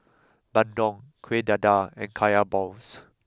Bandung Kueh Dadar and Kaya Balls